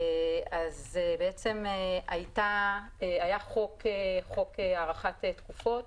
היה חוק הארכת תקופות